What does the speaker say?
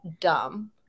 dumb